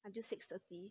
until six thirty